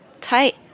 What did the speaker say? tight